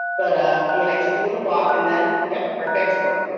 but yeah i took a little walk and then, yep, right back to work.